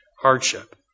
hardship